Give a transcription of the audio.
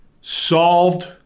solved